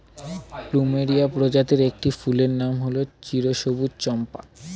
plumeria প্রজাতির একটি ফুলের নাম হল চিরসবুজ চম্পা